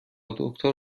دکتر